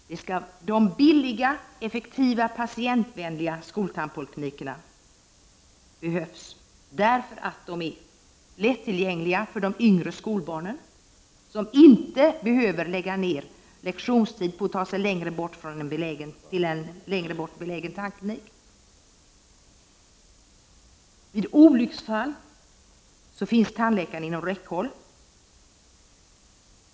Fru talman! Det gäller min arbetsmiljö och barnens arbetsmiljö. Duger inte det? De billiga, effektiva och patientvänliga skoltandpoliklinikerna behövs, därför att de är tillgängliga för de yngre skolbarnen som inte behöver lägga ned lektionstid på att ge sig i väg till en längre bort belägen tandklinik. Vid olycksfall finns tandläkaren inom räckhåll.